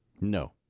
No